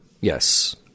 yes